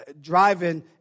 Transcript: driving